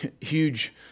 huge